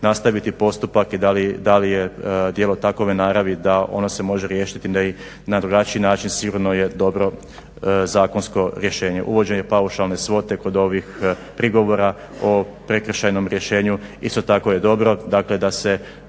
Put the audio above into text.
nastaviti postupak i da li je djelo takve naravi da se ono može riješiti na drugačiji način sigurno je dobro zakonsko rješenje. Uvođenje paušalne svote kod ovih prigovora o prekršajnom rješenju isto tako je dobro, dakle da se